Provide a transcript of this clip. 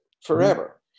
forever